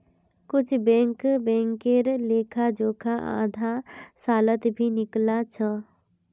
कुछु बैंक बैंकेर लेखा जोखा आधा सालत भी निकला छ